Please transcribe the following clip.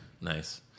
Nice